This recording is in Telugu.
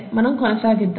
మనం కొనసాగిద్దాం